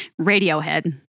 Radiohead